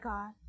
God